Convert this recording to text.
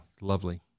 lovely